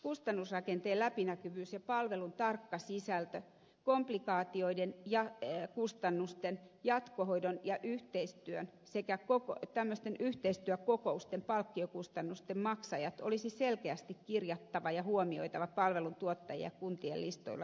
kustannusrakenteen läpinäkyvyys ja palvelun tarkka sisältö komplikaatioiden ja jatkohoidon kustannusten ja yhteistyön sekä tämmöisten yhteistyökokousten palkkiokustannusten maksajat olisi selkeästi kirjattava ja huomioitava palveluntuottajia kuntien listoille hyväksyttäessä